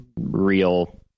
real